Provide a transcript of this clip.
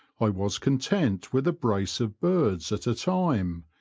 i was content with a brace of birds at a time,